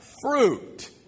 fruit